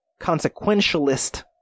consequentialist